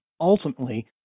ultimately